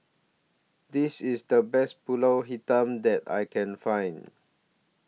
This IS The Best Pulut Hitam that I Can Find